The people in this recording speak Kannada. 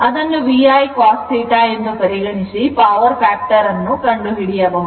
ಅದನ್ನು VI cos θ ಎಂದು ಪರಿಗಣಿಸಿ ಪವರ್ ಫ್ಯಾಕ್ಟರ್ ಅನ್ನು ಕಂಡುಹಿಡಿಯಬಹುದು